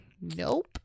Nope